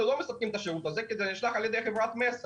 אנחנו לא מספקים את השירות הזה כי זה נשלח על ידי חברת מסר.